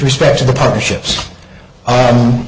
respect to the partnerships